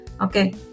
okay